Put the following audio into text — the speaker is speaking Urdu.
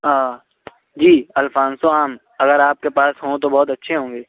ہاں جی الفانسو آم اگر آپ کے پاس ہوں تو بہت اچھے ہوں گے